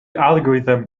algorithm